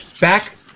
Back